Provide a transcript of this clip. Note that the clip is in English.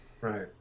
right